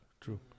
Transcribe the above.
True